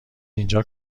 اینجا